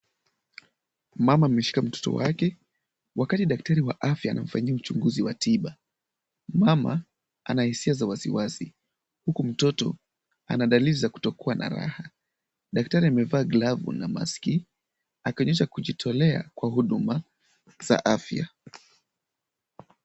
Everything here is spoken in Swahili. Mama ameshika mtoto wake wakati daktari wa afya anamfanyia uchunguzi wa tiba. Mama ana hisia za wasiwasi huku mtoto ana dalili za kutokuwa na raha. Daktari amevaa glavu na mask akionyesha kujitolea kwa huduma za afya.